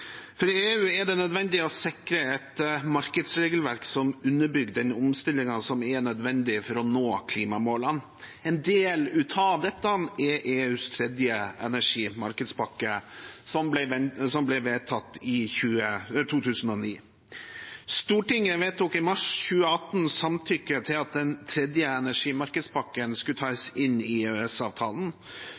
For EU er det nødvendig å sikre et markedsregelverk som underbygger den omstillingen som er nødvendig for å nå klimamålene. En del av dette er EUs tredje energimarkedspakke, som ble vedtatt i 2009. Stortinget vedtok i mars 2018 samtykke til at den tredje energimarkedspakken skulle tas inn i